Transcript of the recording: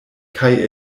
kaj